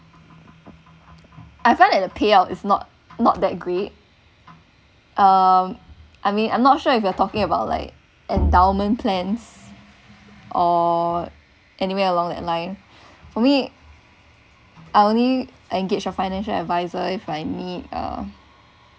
I find that the payout is not not that great um I mean I'm not sure if you are talking about like endowment plans or anywhere along that line for me I only engage a financial adviser if I need uh